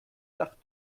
nach